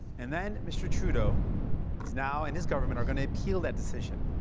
and then mr. trudeau now, and his government, are going to appeal that decision.